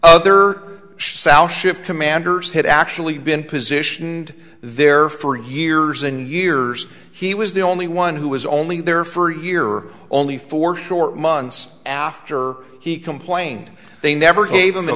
other sal shift commanders had actually been positioned there for years and years he was the only one who was only there for a year only four short months after he complained they never gave him an